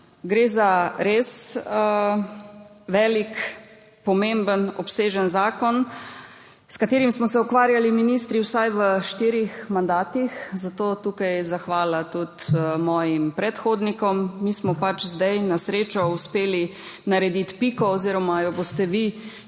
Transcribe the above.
Gre za res velik, pomemben, obsežen zakon, s katerim smo se ukvarjali ministri vsaj v štirih mandatih, zato tukaj zahvala tudi mojim predhodnikom, mi smo zdaj na srečo uspeli narediti piko oziroma jo boste vi,